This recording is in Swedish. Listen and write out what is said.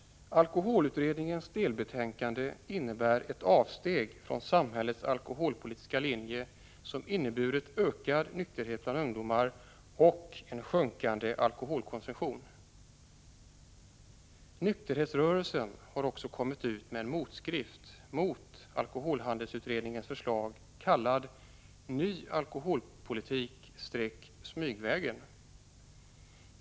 Alkoholutredningens delbetänkande innebär ett avsteg från samhällets alkoholpolitiska linje, som inneburit ökad nykterhet bland ungdomar och en sjunkande alkoholkonsumtion. Nykterhetsrörelsen har också kommit ut med en motskrift mot alkoholhandelsutredningens förslag, kallad ”Ny alkoholpolitik —smygvägen”.